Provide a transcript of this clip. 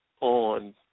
on